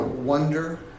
Wonder